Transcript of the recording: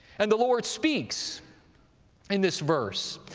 and the lord speaks in this verse.